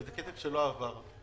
וזה כסף שלא עבר.